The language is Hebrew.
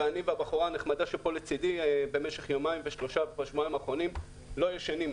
ואני והבחורה הנחמדה שפה לצדי במשך השבועיים האחרונים לא ישנים.